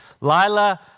Lila